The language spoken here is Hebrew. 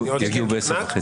כמובן.